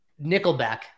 Nickelback